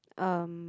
um